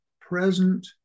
present